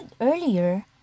earlier